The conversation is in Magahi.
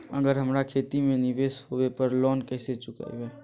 अगर हमरा खेती में निवेस होवे पर लोन कैसे चुकाइबे?